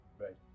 Right